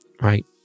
right